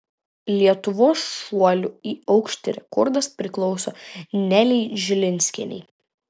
lietuvos šuolių į aukštį rekordas priklauso nelei žilinskienei